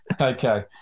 Okay